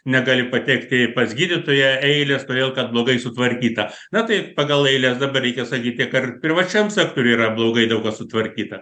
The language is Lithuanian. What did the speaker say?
negali patekti pas gydytoją eilės todėl kad blogai sutvarkyta na tai pagal eiles dabar reikia sakyti kar privačiam sektoriui yra blogai daug kas sutvarkyta